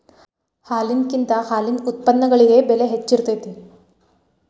ಹಾಲಿನಕಿಂತ ಹಾಲಿನ ಉತ್ಪನ್ನಗಳಿಗೆ ಬೆಲೆ ಹೆಚ್ಚ ಇರತೆತಿ